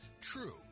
True